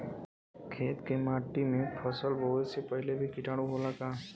खेत के माटी मे फसल बोवे से पहिले भी किटाणु होला का?